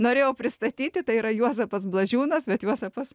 norėjau pristatyti tai yra juozapas blažiūnas bet juozapas